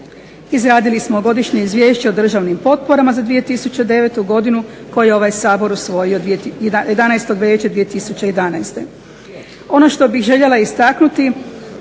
Izradili smo Godišnje izvješće o državnim potporama za 2009. godinu koje je ovaj Sabor usvojio 11. veljače 2011. Ono što bih željela istaknuti